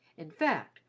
in fact,